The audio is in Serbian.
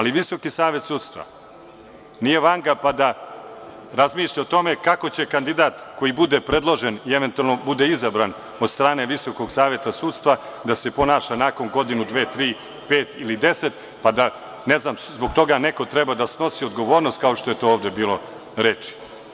Visoki savet sudstva nije Vanga pa da razmišlja o tome kako će kandidat koji bude predložen i eventualno bude izabran od strane VSS da se ponaša nakon godinu, dve, tri, pet ili 10, pa da zbog toga neko treba da snosi odgovornost, kao što jeovde bilo reči.